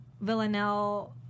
Villanelle